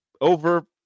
over